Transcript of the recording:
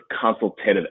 consultative